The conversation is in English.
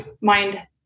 mind